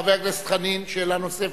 חבר הכנסת חנין, שאלה נוספת,